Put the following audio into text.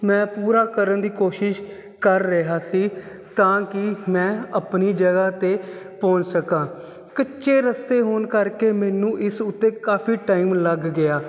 ਮੈਂ ਪੂਰਾ ਕਰਨ ਦੀ ਕੋਸ਼ਿਸ਼ ਕਰ ਰਿਹਾ ਸੀ ਤਾਂ ਕਿ ਮੈਂ ਆਪਣੀ ਜਗ੍ਹਾ 'ਤੇ ਪਹੁੰਚ ਸਕਾਂ ਕੱਚੇ ਰਸਤੇ ਹੋਣ ਕਰਕੇ ਮੈਨੂੰ ਇਸ ਉੱਤੇ ਕਾਫੀ ਟਾਈਮ ਲੱਗ ਗਿਆ